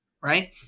right